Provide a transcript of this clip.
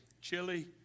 chili